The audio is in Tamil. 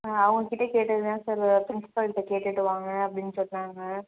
ஆ அவங்ககிட்ட கேட்டதுக்குதான் சார் பிரின்ஸ்பால்ட்ட கேட்டுவிட்டு வாங்க அப்படின்னு சொன்னாங்க